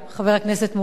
חבר הכנסת מולה.